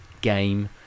game